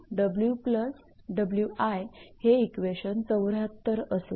𝑊𝑇 𝑊 𝑊𝑖 हे इक्वेशन 74 असेल